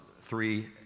three